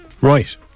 right